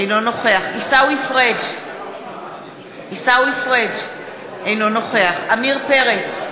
אינו נוכח עיסאווי פריג' אינו נוכח עמיר פרץ,